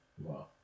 Wow